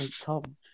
Tom